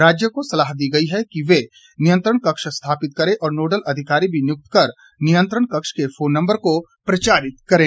राज्यों को सलाह दी गई है कि वे नियंत्रण कक्ष स्थापित करें और नोडल अधिकारी भी नियुक्त कर नियंत्रण कक्ष के फोन नंबर को प्रचारित करे